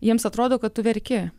jiems atrodo kad tu verki